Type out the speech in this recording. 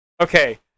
Okay